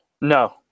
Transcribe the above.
No